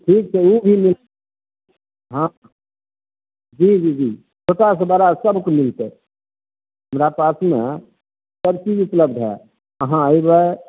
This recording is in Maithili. ठीक छै ई भी हँ जी जी जी छोटासँ बड़ा सबके लेल छै हमरा पासमे सबचीज ऊपलब्ध हए अहाँ अइबै